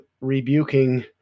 rebuking